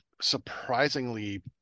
surprisingly